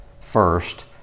first